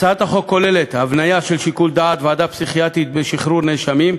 הצעת החוק כוללת הבניה של שיקול דעת ועדה פסיכיאטרית בשחרור נאשמים,